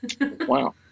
Wow